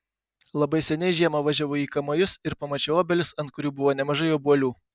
labai seniai žiemą važiavau į kamajus ir pamačiau obelis ant kurių buvo nemažai obuolių